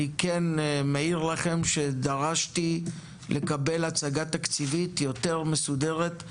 אני כן מעיר לכם שדרשתי לקבל הצגה תקציבית יותר מסודרת,